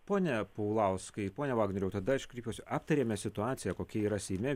pone paulauskai pone vagnoriau tada aš kreipiuosi aptarėme situaciją kokia yra seime